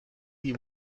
die